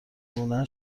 لونه